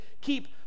keep